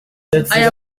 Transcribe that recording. aya